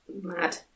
mad